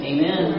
Amen